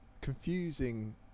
confusing